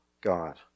God